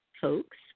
folks